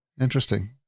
Interesting